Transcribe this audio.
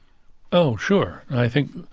oh, sure. i think.